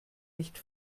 nicht